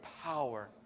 power